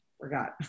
forgot